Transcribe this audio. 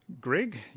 Greg